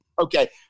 Okay